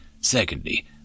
Secondly